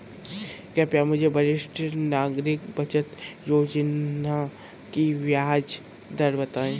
कृपया मुझे वरिष्ठ नागरिक बचत योजना की ब्याज दर बताएं